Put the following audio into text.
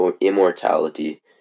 immortality